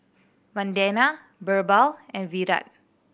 Vandana Birbal and Virat